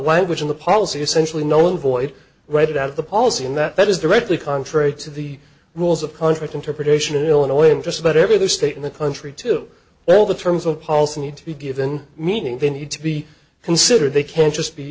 language in the policy essentially known void right out of the policy and that is directly contrary to the rules of contract interpretation in illinois in just about every other state in the country to well the terms of policy need to be given meaning they need to be considered they can't just be